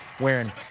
wearing